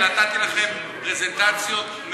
אני בדקתי את זה ונתתי לכם פרזנטציות מפורטות